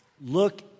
look